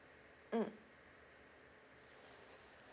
mm